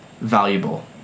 valuable